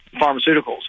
pharmaceuticals